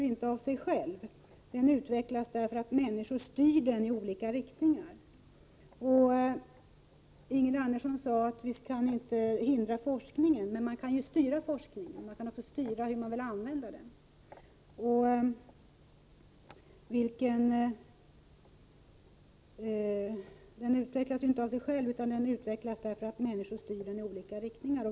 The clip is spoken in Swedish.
Ingrid Andersson sade att vi inte kan hindra forskningen. Men vi kan styra den och hur vi vill använda den. Tekniken utvecklas inte av sig själv utan därför att människor styr den i olika riktningar.